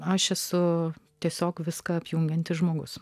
aš esu tiesiog viską apjungiantis žmogus